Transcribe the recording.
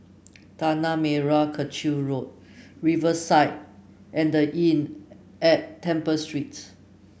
Tanah Merah Kechil Road Riverside and The Inn at Temple Streets